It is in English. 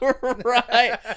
Right